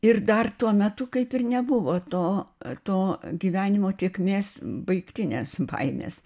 ir dar tuo metu kaip ir nebuvo to to gyvenimo tėkmes baigtinės baimės